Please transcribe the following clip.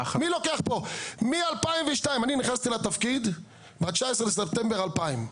אני נכנסתי לתפקיד ב-19 בספטמבר 2000,